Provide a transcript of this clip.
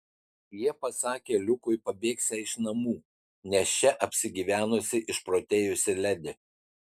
jie pasakė liukui pabėgsią iš namų nes čia apsigyvenusi išprotėjusi ledi